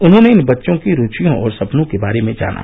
उन्होंने इन बच्चों की रूवियों और सपनों के बारे में जाना